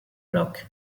blocs